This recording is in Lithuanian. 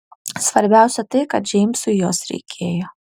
svarbiausia tai kad džeimsui jos reikėjo